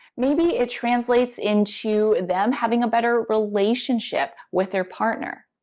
maybe it translates into them having a better relationship with their partner.